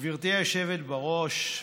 גברתי היושבת-ראש,